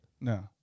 No